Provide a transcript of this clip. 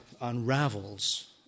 unravels